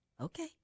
Okay